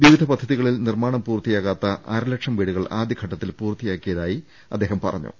വിവിധ പദ്ധതികളിൽ നിർമാണം പൂർത്തിയാകാത്ത അരലക്ഷം വീടുകൾ ആദ്യഘട്ടത്തിൽ പൂർത്തിയാക്കിയതായി മന്ത്രി പറഞ്ഞു